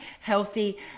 healthy